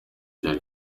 byari